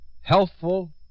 Healthful